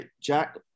Jack